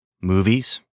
movies